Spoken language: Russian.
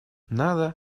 надо